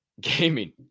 gaming